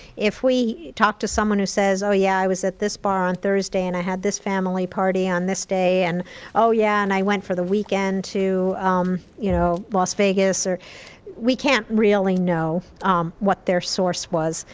if we talked to someone who says, oh yeah, i was at this bar on thursday and i had this family party on this day, and oh yeah, and i went for the weekend to you know las vegas. we can't really know what their source was.